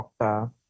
Okta